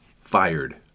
fired